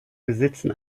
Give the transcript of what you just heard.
besitzen